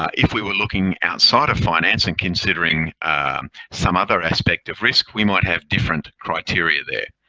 if we were looking outside of finance and considering some other aspect of risk, we might have different criteria there.